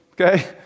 Okay